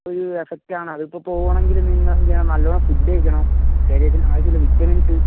ഈ എഫെക്റ്റാണ് അതിപ്പോള് പോവണമെങ്കില് നിങ്ങളെന്തെയ്യണം നല്ലവണ്ണം ഫുഡ് കഴിക്കണം ശരീരത്തിനാവശ്യള്ള വിറ്റമിന്സ്